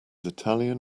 italian